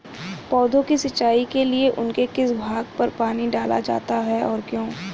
पौधों की सिंचाई के लिए उनके किस भाग पर पानी डाला जाता है और क्यों?